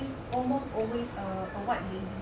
almost always a white lady